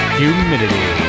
humidity